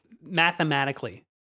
mathematically